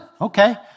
Okay